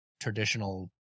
traditional